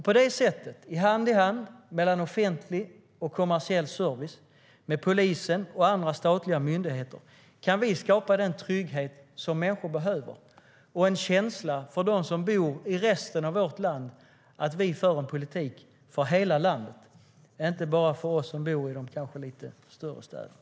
På det sättet, när offentlig och kommersiell service går hand i hand med polisen och andra statliga myndigheter, kan vi skapa den trygghet som människor behöver och en känsla för dem som bor i resten av vårt land av att vi för en politik för hela landet, inte bara för oss som kanske bor i de lite större städerna.